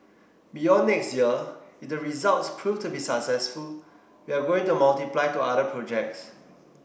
beyond next year if the results proved to be successful we are going to multiply to other projects